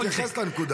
תתייחס לנקודה.